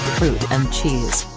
fruit and cheese.